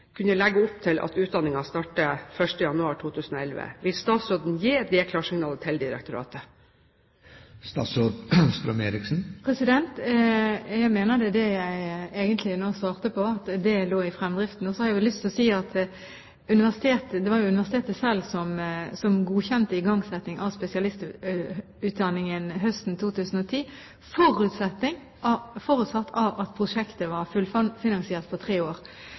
kunne legge opp til at utdanningen starter 1. januar 2011. Vil statsråden gi det klarsignalet til direktoratet? Jeg mener det var det jeg nå egentlig svarte på, at det lå i fremdriften. Så har jeg lyst til å si at det var jo Universitetet selv som godkjente igangsetting av spesialistutdanningen høsten 2010, forutsatt at prosjektet var fullfinansiert på tre år.